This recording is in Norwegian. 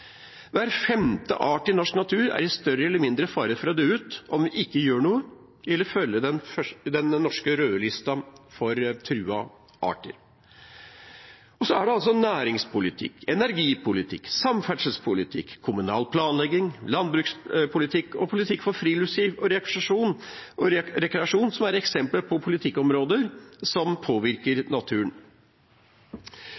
Hver femte art i norsk natur står i større eller mindre fare for å dø ut om vi ikke gjør noe, ifølge den norske rødlista for truede arter. Næringspolitikk, energipolitikk, samferdselspolitikk, kommunal planlegging, landbrukspolitikk og politikk for friluftsliv og rekreasjon er eksempler på politikkområder som påvirker